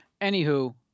Anywho